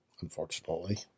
unfortunately